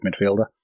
midfielder